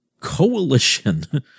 coalition